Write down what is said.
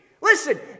Listen